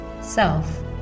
self